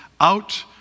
out